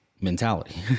mentality